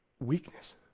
Weakness